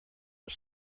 are